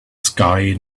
sky